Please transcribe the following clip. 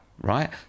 right